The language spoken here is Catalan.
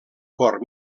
cor